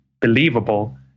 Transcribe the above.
believable